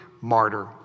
martyr